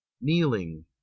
kneeling